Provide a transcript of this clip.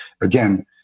again